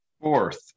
Fourth